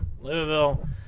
Louisville